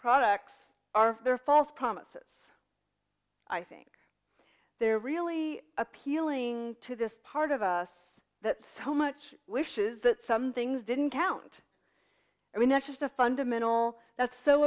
products are they're false promises i think they're really appealing to this part of us that so much wishes that some things didn't count i mean that's just a fundamental that's so